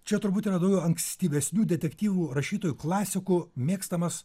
čia turbūt yra daugiau ankstyvesnių detektyvų rašytojų klasikų mėgstamas